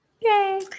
Yay